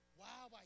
wow